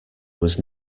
was